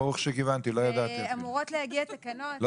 והיו אמורות להגיע תקנות --- נו,